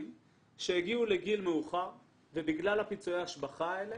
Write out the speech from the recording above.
שהגיעו לגיל מאוחר ובגלל פיצויי ההשבחה האלה